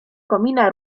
komina